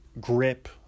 grip